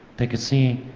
they could see,